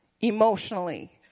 emotionally